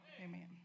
Amen